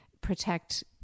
protect